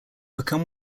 become